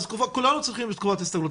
כולנו צריכים תקופת הסתגלות,